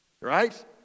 right